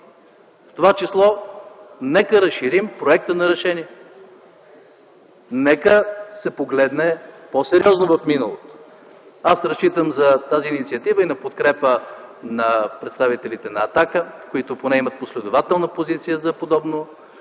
В това число нека разширим проекта на решение. Нека се погледне по-сериозно в миналото. Разчитам за тази инициатива и на подкрепа на представителите на „Атака”, които имат последователна позиция за подобно